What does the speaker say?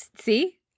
see